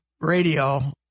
radio